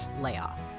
layoff